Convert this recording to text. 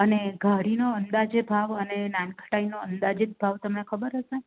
અને ઘારીનો અંદાજે ભાવ અને નાનખટાઈનો અંદાજીત ભાવ તમને ખબર હશે